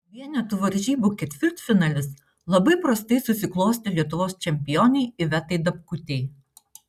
vienetų varžybų ketvirtfinalis labai prastai susiklostė lietuvos čempionei ivetai dapkutei